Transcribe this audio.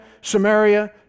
Samaria